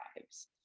lives